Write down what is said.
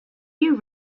you